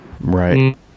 Right